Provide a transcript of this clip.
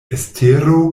estero